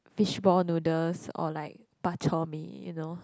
fishball noodles or like Bak-Chor-Mee you know